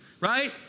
right